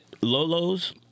Lolo's